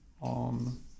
on